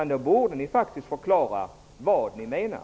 Ni borde faktiskt förklara vad ni menar.